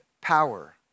power